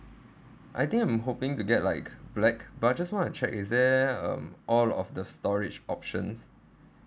I think I'm hoping to get like black but I just want to check is there um all of the storage option